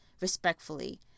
respectfully